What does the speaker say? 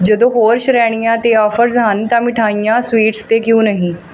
ਜਦੋਂ ਹੋਰ ਸ਼੍ਰੇਣੀਆਂ 'ਤੇ ਔਫ਼ਰਜ਼ ਹਨ ਤਾਂ ਮਿਠਾਈਆਂ ਸਵੀਟਜ਼ 'ਤੇ ਕਿਉਂ ਨਹੀਂ